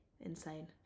insane